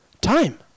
Time